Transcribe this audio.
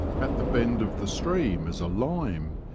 at the bend of the stream is a lime,